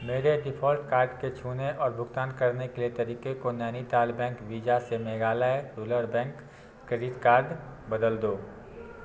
मेरे default card के छूने और भुगतान करने के तरीके को नैनीताल बैंक वीज़ा से Meghalaya rural bank credit card बदल दो